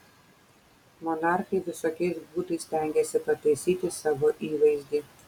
monarchai visokiais būdais stengėsi pataisyti savo įvaizdį